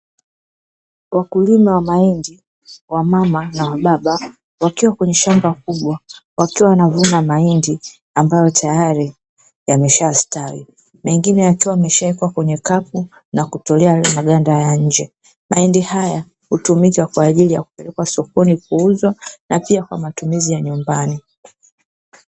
Wakulima wa mahindi wamama na wababa wakiwa kwenye shamba kubwa wakiwa wanavuna mahindi ambayo tayari yameshastawi, mengine yakiwa yameshawekwa kenye kapu na kutolea yale maganda ya nje. Mahindi haya hutumika kwa ajili ya kupelekwa sokoni kuuzwa na pia kwa matumizi ya nyumbani.